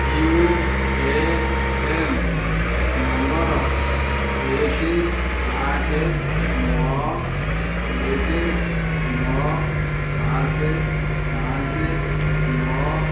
UAN number ଏକ ଆଠ ନଅ ଏକ ନଅ ସାତ ପାଞ୍ଚ ନଅ